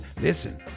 Listen